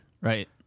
Right